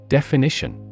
Definition